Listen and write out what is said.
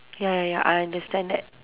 ya ya ya I understand that